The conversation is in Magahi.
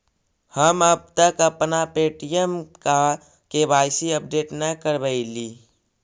हम अब तक अपना पे.टी.एम का के.वाई.सी अपडेट न करवइली